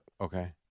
Okay